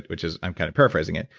which is i'm kind of paraphrasing it.